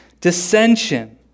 dissension